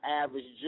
average